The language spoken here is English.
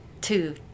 Two